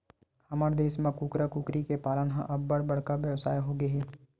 हमर देस म कुकरा, कुकरी के पालन ह अब्बड़ बड़का बेवसाय होगे हे